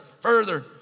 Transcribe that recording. further